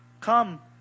Come